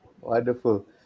wonderful